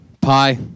Pie